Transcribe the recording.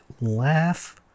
laugh